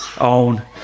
own